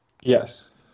Yes